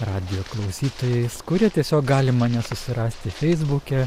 radijo klausytojais kurie tiesiog gali mane nesusirasti feisbuke